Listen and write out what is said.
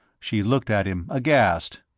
she looked at him, aghast.